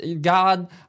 God